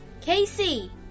Casey